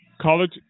college